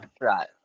right